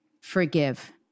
Forgive